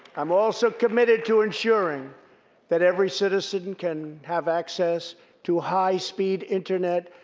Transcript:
i'm also committed to ensuring that every citizen can have access to high-speed internet,